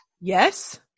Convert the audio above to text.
Yes